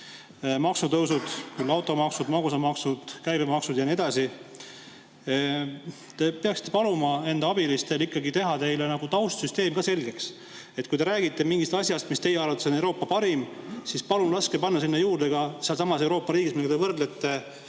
maksutõusud: küll automaks, magusamaks, käibemaks ja nii edasi. Te peaksite paluma enda abilistel ikkagi teile taustsüsteem selgeks teha. Kui te räägite mingist asjast, mis teie arvates on Euroopa parim, siis palun laske panna sinna juurde ka sellesama Euroopa riigi, millega te võrdlete,